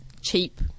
cheap